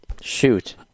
Shoot